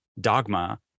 dogma